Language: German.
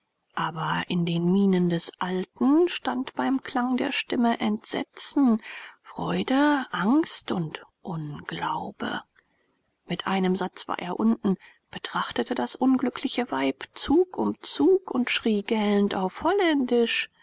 aber in den mienen des alten stand beim klang der stimme entsetzen freude angst und unglaube mit einem satz war er unten betrachtete das unglückliche weib zug um zug und schrie gellend auf holländisch